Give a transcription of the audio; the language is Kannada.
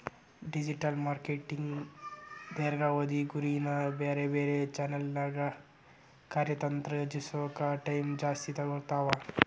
ಡಿಜಿಟಲ್ ಮಾರ್ಕೆಟಿಂಗ್ ದೇರ್ಘಾವಧಿ ಗುರಿನ ಬ್ಯಾರೆ ಬ್ಯಾರೆ ಚಾನೆಲ್ನ್ಯಾಗ ಕಾರ್ಯತಂತ್ರ ಯೋಜಿಸೋಕ ಟೈಮ್ ಜಾಸ್ತಿ ತೊಗೊತಾವ